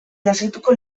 lasaituko